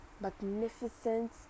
magnificent